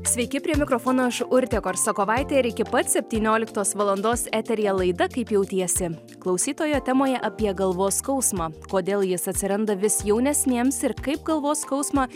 sveiki prie mikrofono aš urtė korsakovaitė ir iki pat septynioliktos valandos eteryje laida kaip jautiesi klausytojo temoje apie galvos skausmą kodėl jis atsiranda vis jaunesniems ir kaip galvos skausmą